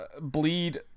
bleed